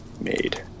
made